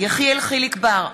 יחיאל חיליק בר,